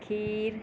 खिर